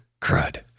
crud